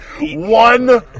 One